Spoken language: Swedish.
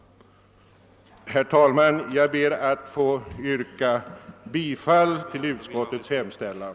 Herr talman! Jag ber att få yrka bifall till utskottets hemställan.